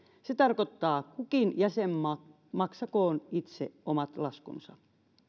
se tarkoittaa kukin jäsenmaa maksakoon itse omat laskunsa